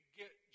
get